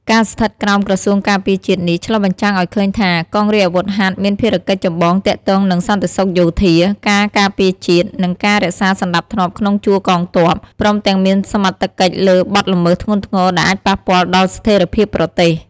ការស្ថិតក្រោមក្រសួងការពារជាតិនេះ ឆ្លុះបញ្ចាំងឲ្យឃើញថា កងរាជអាវុធហត្ថមានភារកិច្ចចម្បងទាក់ទងនឹងសន្តិសុខយោធា ការការពារជាតិ និងការរក្សាសណ្ដាប់ធ្នាប់ក្នុងជួរកងទ័ព ព្រមទាំងមានសមត្ថកិច្ចលើបទល្មើសធ្ងន់ធ្ងរដែលអាចប៉ះពាល់ដល់ស្ថេរភាពប្រទេស។